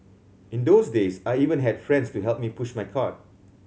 in those days I even had friends to help me push my cart